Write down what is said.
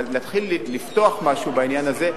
אבל נתחיל לפתוח משהו בעניין הזה,